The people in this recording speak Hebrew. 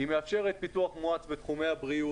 היא מאפשרת פיתוח מואץ בתחומי הבריאות,